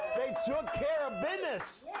they took care of business.